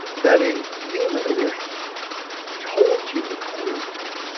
that? a demon in your head told you to call me back